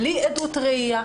בלי עדות ראייה,